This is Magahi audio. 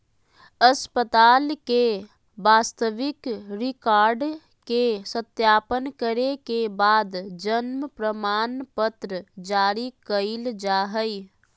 अस्पताल के वास्तविक रिकार्ड के सत्यापन करे के बाद जन्म प्रमाणपत्र जारी कइल जा हइ